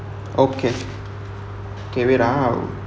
okay okay wait ah I'll